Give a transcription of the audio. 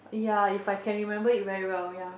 ya If I can remember it very well ya